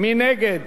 מי נגד?